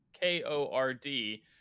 K-O-R-D